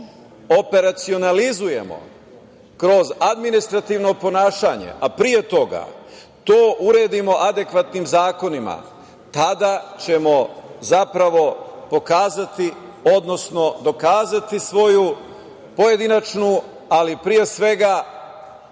operacionalizujemo kroz administrativno ponašanje, a pre toga to uredimo adekvatnim zakonima, tada ćemo pokazati, odnosno dokazati svoju pojedinačnu, ali pre svega